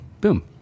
boom